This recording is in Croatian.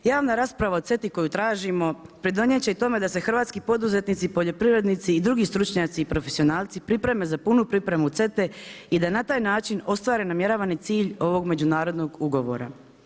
Javna rasprava o CETA-i koju tražimo pridonijet će i tome da se hrvatski poduzetnici, poljoprivrednici i drugi stručnjaci i profesionalci pripreme za punu pripremu CETA-e i da na taj način ostare namjeravani cilj ovog međunarodnog ugovora.